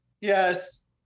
Yes